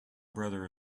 brother